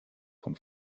vom